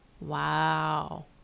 Wow